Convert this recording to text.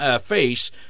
face